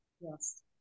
Yes